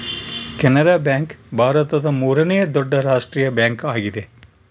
Canara bank ಭಾರತದ ಮೂರನೇ ದೊಡ್ಡ ರಾಷ್ಟ್ರೀಯ ಬ್ಯಾಂಕ್ ಆಗಿದೆ